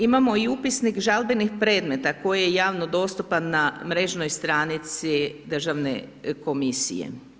Imamo i upisnik žalbenih predmeta koji je javno dostupan na mrežnoj stranici državne komisije.